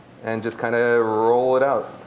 and just kind ah roll it out.